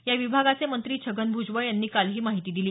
या विभागाचे मंत्री छगन भुजबळ यांनी काल ही माहिती दिली